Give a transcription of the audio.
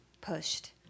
pushed